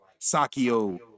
Sakio